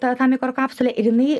tą tą mikrokapsulę ir jinai